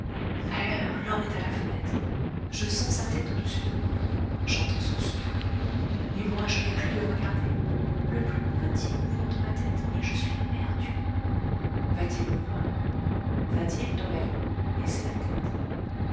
malheur l'homme est à la fenêtre je sens sa tête audessus de moi j'entends son souffle et moi je ne puis le regarder le plus petit mouvement de ma tête et je suis perdu va-t-il me voir va-t-il dans la nuit baisser la tête